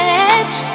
edge